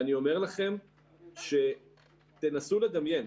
תנסו לדמיין,